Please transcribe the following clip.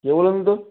কে বলুন তো